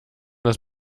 das